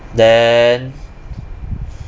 then